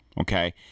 Okay